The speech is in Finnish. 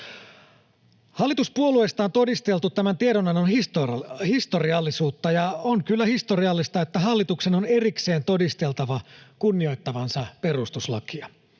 Hallituspuolueista on todisteltu tämän tiedonannon historiallisuutta, ja on kyllä historiallista, että hallituksen on erikseen todisteltava kunnioittavansa perustuslakia.